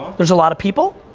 there's a lot of people,